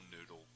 noodle